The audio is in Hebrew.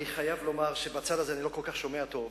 אני חייב לומר שבצד הזה אני לא כל כך שומע טוב,